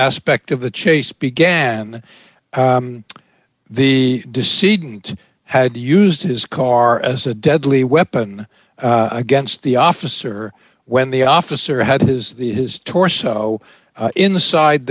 aspect of the chase began the deceit and had used his car as a deadly weapon against the officer when the officer had his the his torso inside